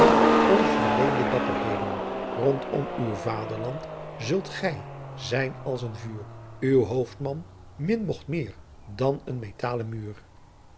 dapperheden rondom uw vaderlandt zult ghy zijn als een vuur uw hoofdtman min nocht meer dan een metaale muur